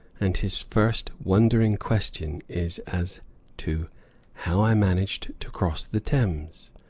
and his first wondering question is as to how i managed to cross the thames!